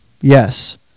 yes